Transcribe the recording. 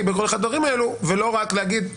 ולא רק להגיד,